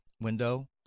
window